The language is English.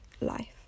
life